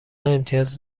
امتیاز